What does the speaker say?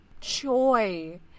joy